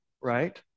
right